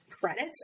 credits